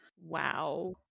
Wow